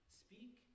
speak